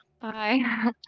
Bye